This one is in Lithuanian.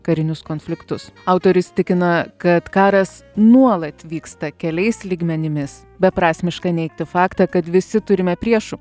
karinius konfliktus autorius tikina kad karas nuolat vyksta keliais lygmenimis beprasmiška neigti faktą kad visi turime priešų